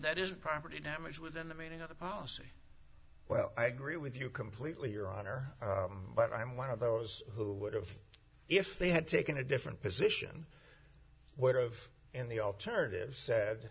that his property damage within the meaning of the policy well i agree with you completely your honor but i'm one of those who would have if they had taken a different position where of and the alternatives sa